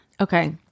Okay